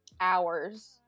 hours